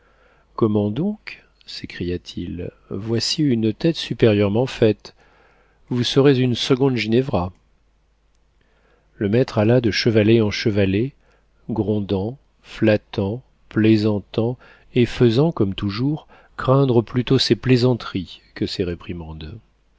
comment donc s'écria-t-il voici une tête supérieurement faite vous serez une seconde ginevra le maître alla de chevalet en chevalet grondant flattant plaisantant et faisant comme toujours craindre plutôt ses plaisanteries que ses